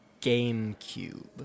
GameCube